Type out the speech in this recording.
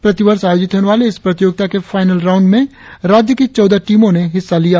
प्रतिवर्ष आयोजित होने वाले इस प्रतियोगिता के फाईनल राउंड में राज्य की चौदह टीमों ने हिस्सा लिया